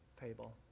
table